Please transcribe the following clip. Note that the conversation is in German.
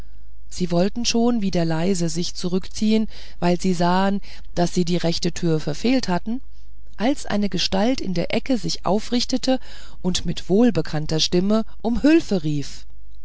sie wollten schon wieder leise sich zurückziehen weil sie sahen daß sie die rechte türe verfehlt hatten als eine gestalt in der ecke sich aufrichtete und mit wohlbekannter stimme um hülfe rief